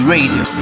Radio